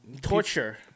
Torture